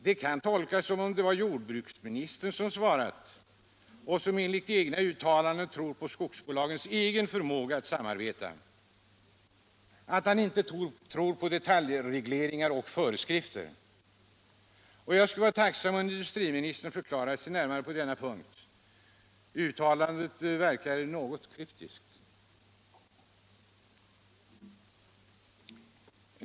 Det kan ju tolkas som om det var jordbruksministern som svarat — som enligt egna uttalanden tror på skogsbolagens förmåga att samarbeta — och inte tror på detaljregleringar och föreskrifter. Jag vore tacksam om industriministern förklarade sig närmare på denna punkt. Uttalandet verkar något kryptiskt.